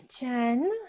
Jen